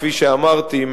כפי שאמרתי,